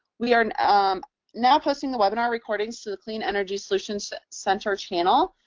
we are and um now posting the webinar recordings to the clean energy solutions center channel.